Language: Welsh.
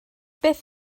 beth